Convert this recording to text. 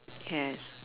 yes